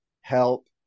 help